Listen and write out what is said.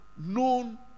known